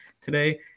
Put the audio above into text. today